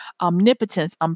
omnipotence